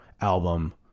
album